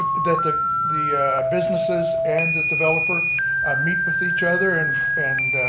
that the the businesses and the developer meet with each other and and